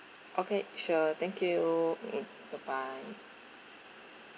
okay sure thank you mm bye bye